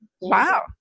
wow